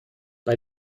bei